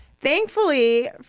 Thankfully